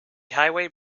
highway